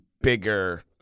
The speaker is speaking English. bigger